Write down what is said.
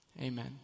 Amen